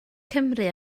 cymru